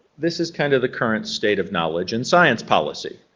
this is kind of the current state of knowledge in science policy.